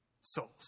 souls